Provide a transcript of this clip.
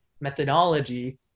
methodology